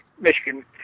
Michigan